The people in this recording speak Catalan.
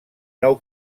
nou